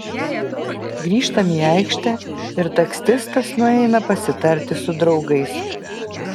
grįžtam į aikštę ir taksistas nueina pasitarti su draugais